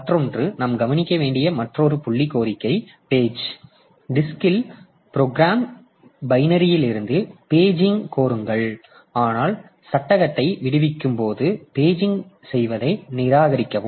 மற்றொன்று நாம் கவனிக்க வேண்டிய மற்றொரு புள்ளி கோரிக்கை பேஜ் டிஸ்க்ல் ப்ரோக்ராம் பைனரியிலிருந்து பேஜிங் கோருங்கள் ஆனால் சட்டகத்தை விடுவிக்கும் போது பேஜிங் செய்வதை நிராகரிக்கவும்